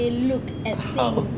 how